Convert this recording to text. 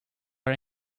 are